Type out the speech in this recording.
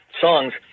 songs